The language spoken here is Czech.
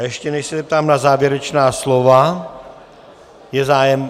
A ještě než se zeptám na závěrečná slova je zájem?